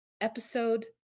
Episode